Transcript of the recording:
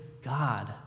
God